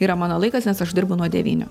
yra mano laikas nes aš dirbu nuo devynių